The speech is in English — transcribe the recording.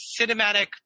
cinematic